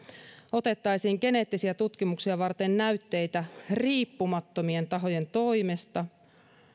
otettaisiin geneettisiä tutkimuksia varten näytteitä riippumattomien tahojen toimesta